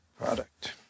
product